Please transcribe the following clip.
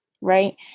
Right